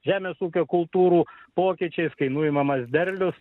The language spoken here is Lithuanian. žemės ūkio kultūrų pokyčiais kai nuimamas derlius